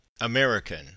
American